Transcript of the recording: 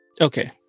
okay